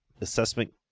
assessment